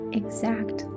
exact